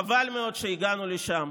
חבל מאוד שהגענו לשם.